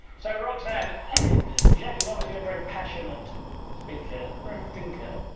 so, roxanne, and jacque is obviously a very passionate speaker and thinker.